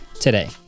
today